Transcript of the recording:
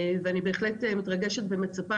ואני בהחלט מתרגשת ומצפה.